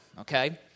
okay